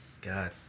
God